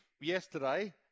yesterday